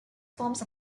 forms